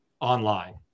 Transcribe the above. online